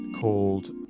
called